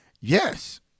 yes